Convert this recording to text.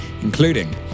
including